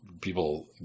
people